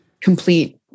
complete